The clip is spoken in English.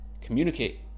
communicate